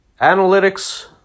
Analytics